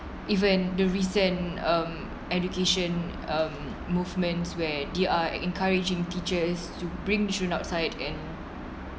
even the recent um education um movements where they are encouraging teachers to bring students outside and